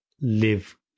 live